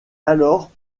alors